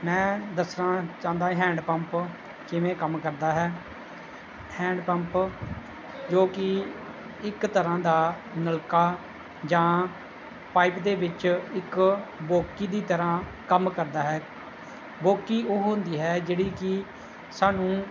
ਮੈਂ ਦੱਸਣਾ ਚਾਹੁੰਦਾ ਹੈਂਡ ਪੰਪ ਕਿਵੇਂ ਕੰਮ ਕਰਦਾ ਹੈ ਹੈਂਡ ਪੰਪ ਜੋ ਕਿ ਇੱਕ ਤਰ੍ਹਾਂ ਦਾ ਨਲਕਾ ਜਾਂ ਪਾਈਪ ਦੇ ਵਿੱਚ ਇੱਕ ਬੋਕੀ ਦੀ ਤਰ੍ਹਾਂ ਕੰਮ ਕਰਦਾ ਹੈ ਬੋਕੀ ਉਹ ਹੁੰਦੀ ਹੈ ਜਿਹੜੀ ਕਿ ਸਾਨੂੰ